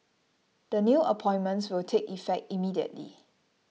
the new appointments will take effect immediately